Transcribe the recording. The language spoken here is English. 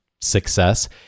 success